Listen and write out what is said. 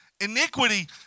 Iniquity